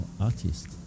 artists